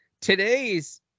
today's